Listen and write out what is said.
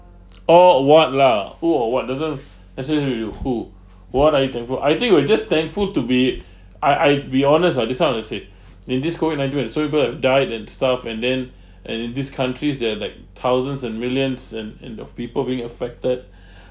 oh what lah who or what doesn't doesn't have to be a who what are you thankful I think we'd just thankful to be I I be honest ah this one I'll say in this COVID nineteen when so many people have died and stuff and then and in these countries there are like thousands and millions and in of people being affected